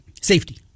safety